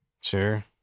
sure